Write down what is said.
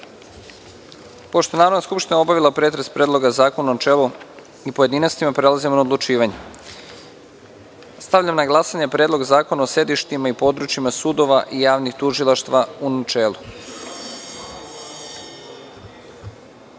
je Narodna skupština obavila pretres Predloga zakona u načelu i u pojedinostima, prelazimo na odlučivanje. Stavljam na glasanje Predlog zakona o sedištima i područjima sudova i javnih tužilaštava u načelu. Molim